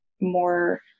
more